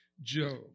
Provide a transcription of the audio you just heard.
Job